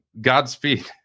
Godspeed